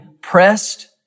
Pressed